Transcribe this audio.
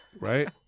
Right